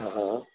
ਹਾਂ ਹਾਂ